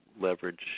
leverage